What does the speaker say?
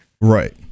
Right